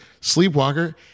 sleepwalker